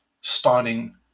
starting